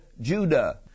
Judah